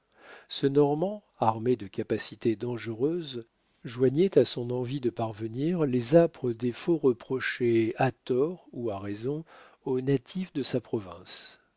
ce normand armé de capacités dangereuses joignait à son envie de parvenir les âpres défauts reprochés à tort ou à raison aux natifs de sa province